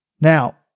Now